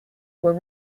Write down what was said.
were